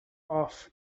off